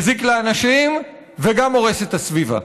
מזיק לאנשים וגם הורס את הסביבה.